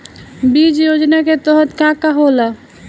बीज योजना के तहत का का होला?